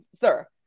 sir